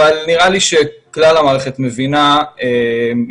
אבל נראה לי שכלל המערכת מבינה יותר,